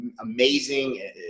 amazing